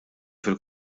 fil